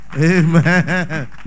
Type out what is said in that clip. Amen